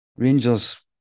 Rangers